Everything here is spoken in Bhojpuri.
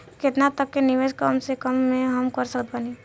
केतना तक के निवेश कम से कम मे हम कर सकत बानी?